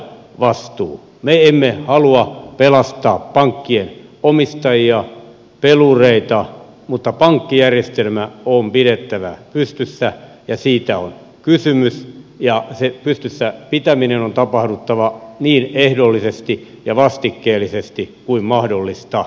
me emme halua pelastaa pankkien omistajia pelureita mutta pankkijärjestelmä on pidettävä pystyssä ja siitä on kysymys ja sen pystyssä pitämisen on tapahduttava niin ehdollisesti ja vastikkeellisesti kuin mahdollista